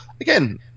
again